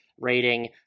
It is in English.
rating